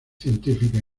científica